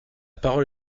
parole